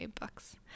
books